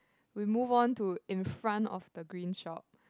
we move on to in front of the green shop